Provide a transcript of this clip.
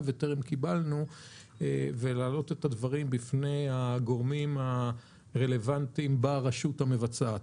וטרם קיבלתי ולהעלות בפני הגורמים ברשות המבצעת.